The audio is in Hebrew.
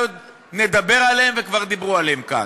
עוד נדבר עליהם וכבר דיברו עליהם כאן.